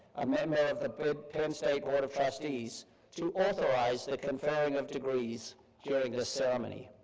a member of the penn state board of trustees to authorize the conferring of degrees during this ceremony.